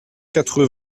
quatre